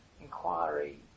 inquiry